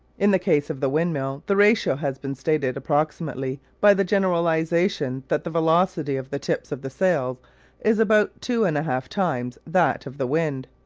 in the case of the windmill the ratio has been stated approximately by the generalisation that the velocity of the tips of the sails is about two and a half times that of the wind.